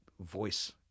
voice